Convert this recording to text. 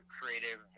creative